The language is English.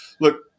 Look